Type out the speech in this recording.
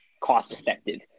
cost-effective